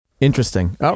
Interesting